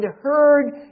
heard